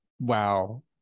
Wow